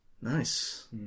nice